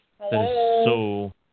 Hello